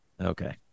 Okay